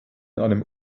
einem